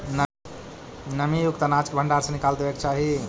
नमीयुक्त अनाज के भण्डार से निकाल देवे के चाहि